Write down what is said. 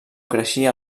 creixia